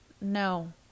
no